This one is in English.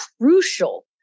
crucial